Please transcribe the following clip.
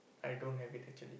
I don't have it actually